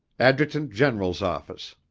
adjutant-general's office.